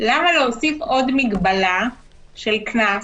למה להוסיף עוד מגבלה של קנס